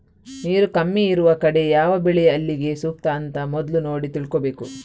ನೀರು ಕಮ್ಮಿ ಇರುವ ಕಡೆ ಯಾವ ಬೆಳೆ ಅಲ್ಲಿಗೆ ಸೂಕ್ತ ಅಂತ ಮೊದ್ಲು ನೋಡಿ ತಿಳ್ಕೋಬೇಕು